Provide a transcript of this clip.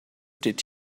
did